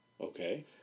Okay